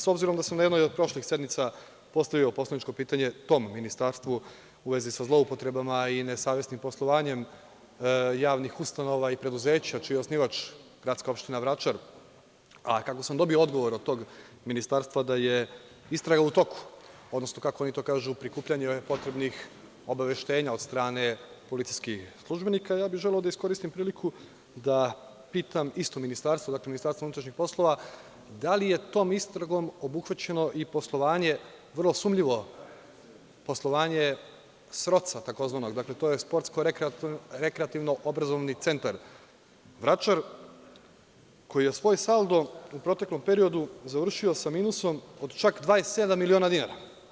S obzirom da sam na jednoj od prošlih sednica postavio poslaničko pitanje tom Ministarstvu u vezi sa zloupotrebama i sa nesavesnim poslovanjem javnih ustanova i preduzeća čiji je osnivač gradska opština Vračar, a kako sam dobio odgovor od tog Ministarstva da je istraga u toku, odnosno kako oni to kažu, prikupljanje obaveštenja od strane policijskih službenika, ja bih želeo da iskoristim priliku da pitam isto Ministarstvo, MUP, da li je tom istragom obuhvaćeno i poslovanje vrlo sumnjivo SROC-a, tzv. Sportsko-rekreativno-obrazovni centar Vračar, koji je svoj saldo u proteklom periodu završio sa minusom od čak 27 miliona dinara?